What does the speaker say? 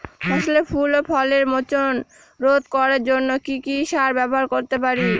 ফসলের ফুল ও ফলের মোচন রোধ করার জন্য কি সার ব্যবহার করতে পারি?